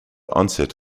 onset